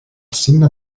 signe